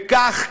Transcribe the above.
וכך,